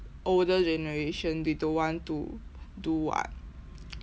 older generation they don't want to do [what]